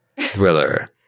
Thriller